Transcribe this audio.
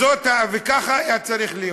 וכך היה צריך להיות.